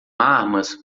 armas